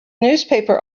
newspaper